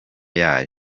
yayo